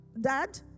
dad